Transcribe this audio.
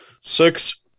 Six